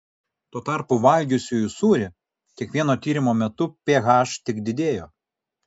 tuo tarpu valgiusiųjų sūrį kiekvieno tyrimo metu ph tik didėjo